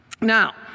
Now